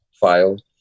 file